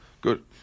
Good